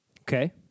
Okay